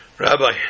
Rabbi